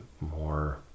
more